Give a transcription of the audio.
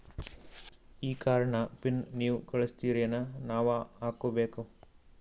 ಈ ಕಾರ್ಡ್ ನ ಪಿನ್ ನೀವ ಕಳಸ್ತಿರೇನ ನಾವಾ ಹಾಕ್ಕೊ ಬೇಕು?